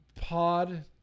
pod